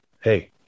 Hey